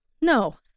no